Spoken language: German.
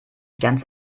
ganz